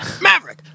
Maverick